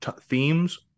themes